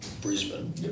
Brisbane